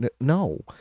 No